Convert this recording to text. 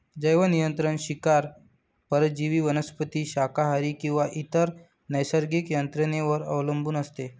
जैवनियंत्रण शिकार परजीवी वनस्पती शाकाहारी किंवा इतर नैसर्गिक यंत्रणेवर अवलंबून असते